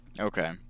Okay